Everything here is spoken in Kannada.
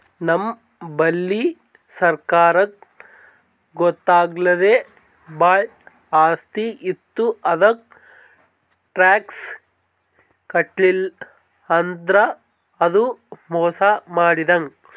ನಮ್ ಬಲ್ಲಿ ಸರ್ಕಾರಕ್ಕ್ ಗೊತ್ತಾಗ್ಲಾರ್ದೆ ಭಾಳ್ ಆಸ್ತಿ ಇತ್ತು ಅದಕ್ಕ್ ಟ್ಯಾಕ್ಸ್ ಕಟ್ಟಲಿಲ್ಲ್ ಅಂದ್ರ ಅದು ಮೋಸ್ ಮಾಡಿದಂಗ್